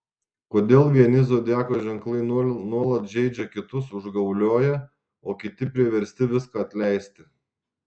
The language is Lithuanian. kodėl vieni zodiako ženklai nuolat žeidžia kitus užgaulioja o kiti priversti viską atleisti